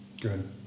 Good